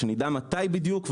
שנדע מתי בדיוק,